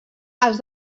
els